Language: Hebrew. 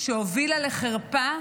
שהובילה לחרפה.